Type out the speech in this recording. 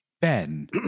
Ben